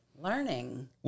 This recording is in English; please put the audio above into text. learning